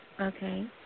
Okay